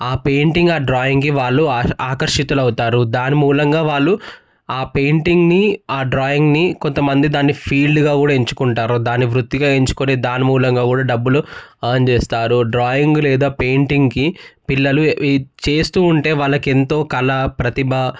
ఆ పెయింటింగ్ ఆ డ్రాయింగ్కి వాళ్ళు ఆ ఆకర్షితులవుతారు దాని మూలంగా వాళ్ళు ఆ పెయింటింగ్ని ఆ డ్రాయింగ్ని కొంత మంది దాన్ని ఫీల్డ్గా కూడా ఎంచుకుంటారు దాని వృత్తిగా ఎంచుకుని దాని మూలంగా కూడా డబ్బులు అర్న్ చేస్తారు డ్రాయింగ్ లేదా పెయింటింగ్కి పిల్లలు చేస్తూ ఉంటే వాళ్ళకి ఎంతో కళ ప్రతిభ